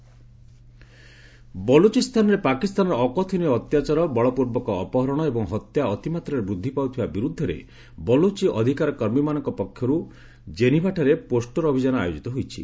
Baloch rights campaign ବଲୋଚିସ୍ତାନରେ ପାକିସ୍ତାନର ଅକଥନୀୟ ଅତ୍ୟାଚାର ବଳପୂର୍ବକ ଅପହରଣ ଏବଂ ହତ୍ୟା ଅତିମାତ୍ରାରେ ବୃଦ୍ଧି ପାଉଥିବା ବିରୁଦ୍ଧରେ ବଲୋଚି ଅଧିକାର କର୍ମୀମାନଙ୍କ ପକ୍ଷରୁ ଜେନିଭାଠାରେ ପୋଷ୍ଟର ଅଭିଯାନ ଆୟୋଜିତ ହୋଇଛି